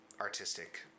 artistic